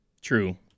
True